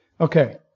Okay